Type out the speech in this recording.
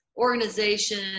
organization